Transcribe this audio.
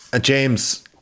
James